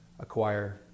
acquire